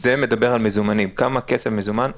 זה מדבר על מזומנים, כמה כסף מזומן הוצאתי.